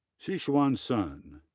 qixuan sun,